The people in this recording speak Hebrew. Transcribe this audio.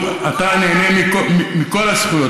אתה נהנה מכל הזכויות,